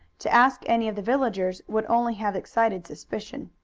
to ask any of the villagers would only have excited suspicion.